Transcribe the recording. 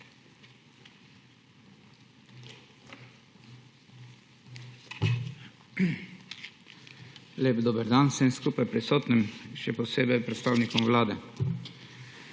Lep dober dan vsem skupaj prisotnim, še posebej predstavnikom Vlade!